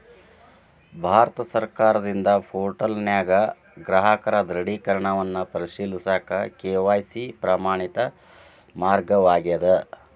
ಭಾರತ ಸರ್ಕಾರದಿಂದ ಪೋರ್ಟಲ್ನ್ಯಾಗ ಗ್ರಾಹಕರ ದೃಢೇಕರಣವನ್ನ ಪರಿಶೇಲಿಸಕ ಕೆ.ವಾಯ್.ಸಿ ಪ್ರಮಾಣಿತ ಮಾರ್ಗವಾಗ್ಯದ